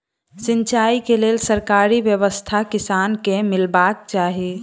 सिंचाई केँ लेल सरकारी की व्यवस्था किसान केँ मीलबाक चाहि?